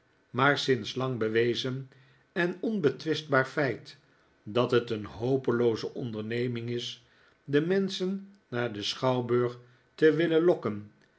maar sinds lang bewezen en onbetwistbaar feit dat het een hopelooze onderneming is de menschen naar den schouwburg te willen lokken